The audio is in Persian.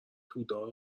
تودار